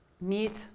meat